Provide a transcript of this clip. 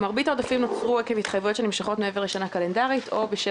מרבית העודפים נוצרו עקב התחייבויות שנמשכות מעבר לשנה קלנדרית או בשל